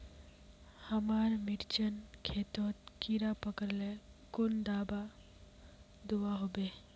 हमार मिर्चन खेतोत कीड़ा पकरिले कुन दाबा दुआहोबे?